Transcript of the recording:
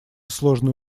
сложные